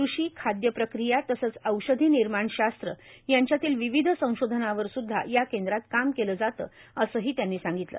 कृषी खाद्य प्रक्रीया तसंच औषधी निर्माण शास्त्र यांच्यातील विविध संशोधनावर स्द्धा या केंद्रात काम केले जाते असेही त्यांनी सांगितले